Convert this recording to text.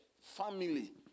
family